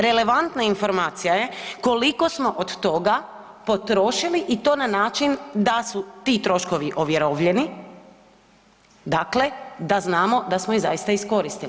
Relevantna informacija je koliko smo od toga potrošili i to na način da su ti troškovi ovjerovljeni, dakle da znamo da smo ih zaista iskoristili.